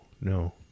no